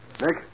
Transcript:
Nick